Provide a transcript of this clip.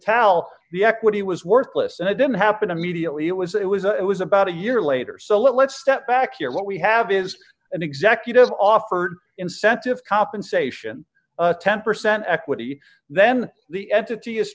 pal the equity was worthless and it didn't happen immediately it was it was a it was about a year later so let's step back here what we have is an executive offered incentive compensation ten percent equity then the entity is